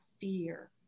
fear